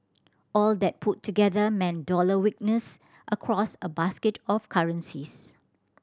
all that put together meant dollar weakness across a basket of currencies